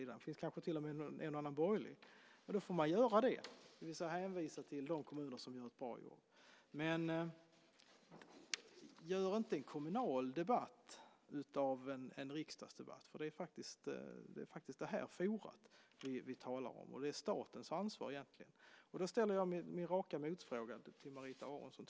Det finns kanske till och med en och annan borgerlig kommun som gör det. Då får man hänvisa till de kommuner som gör ett bra jobb. Men gör inte en kommunal debatt av en riksdagsdebatt. Det är faktiskt detta forum som vi talar om, och det är egentligen statens ansvar. Jag vill ställa en rak motfråga till Marita Aronson.